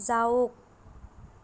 যাওক